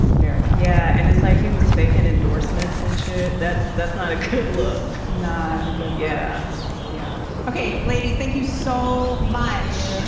very. yeah. and it's like he was faking endorsements and shit. that's that's not a good look. no good. yeah yeah. okay, ladies, thank you so much.